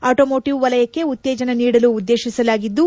automotive ವಲಯಕ್ಕೆ ಉತ್ತೇಜನ ನೀಡಲು ಉದ್ಗೇತಿಸಲಾಗಿದ್ಗು